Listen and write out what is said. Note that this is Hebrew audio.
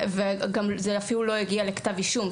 זה אפילו לא הגיע לכתב אישום.